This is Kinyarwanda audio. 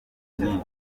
nyinshi